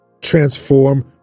transform